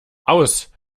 aus